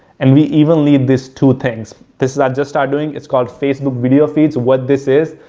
and we even leave this two things. this is our just start doing, it's called facebook video feeds. what this is,